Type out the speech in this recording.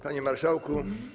Panie Marszałku!